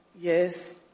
Yes